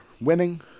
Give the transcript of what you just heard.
winning